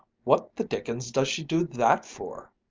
what the dickens does she do that for?